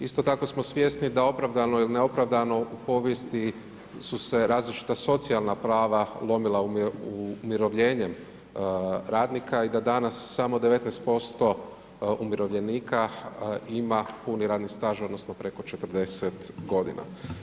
Isto tako smo svjesni da opravdano ili neopravdano u povijesti su se različita socijalna prava lomila umirovljenjem radnika i da danas samo 19% umirovljenika ima puni radni staž, odnosno preko 40 godina.